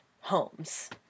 homes